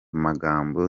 magambo